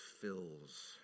fills